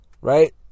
Right